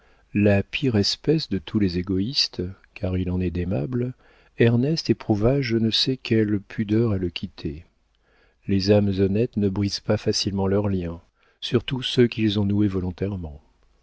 la pire espèce de tous les égoïstes car il en est d'aimables ernest éprouva je ne sais quelle pudeur à le quitter les âmes honnêtes ne brisent pas facilement leurs liens surtout ceux qu'ils ont noués volontairement